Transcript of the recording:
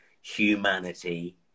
humanity